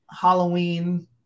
Halloween